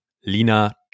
Lina